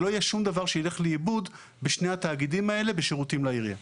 שלא יהיה שום דבר שילך לאיבוד בשני התאגידים האלה בשירותים לעירייה.